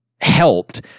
helped